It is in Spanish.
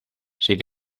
sin